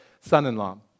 son-in-law